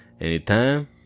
anytime